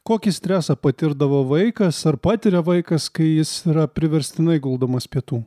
kokį stresą patirdavo vaikas ar patiria vaikas kai jis yra priverstinai guldomas pietų